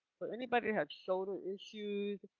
but anybody has shoulder issues,